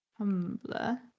tumblr